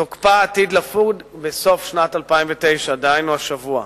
תוקפה עתיד לפוג בסוף שנת 2009, דהיינו השבוע.